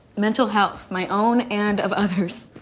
mental health, my own and of others.